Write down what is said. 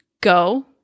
go